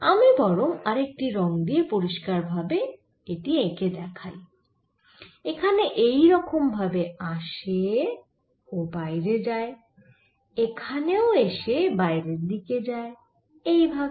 আমি বরং আরেকটি রঙ দিয়ে পরিস্কার ভাবে এটি এঁকে দেখাই এখানে এই রকম ভাবে আসে ও বাইরে যায় এখানেও এসে বাইরের দিকে যায় এই ভাবে